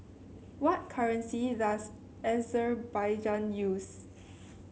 what currency does Azerbaijan use